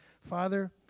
Father